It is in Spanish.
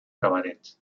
cabaret